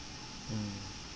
mm